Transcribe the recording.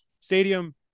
Stadium